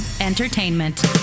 Entertainment